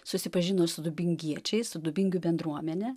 susipažino su dubingiečiais su dubingių bendruomenė